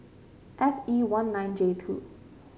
F E one nine J two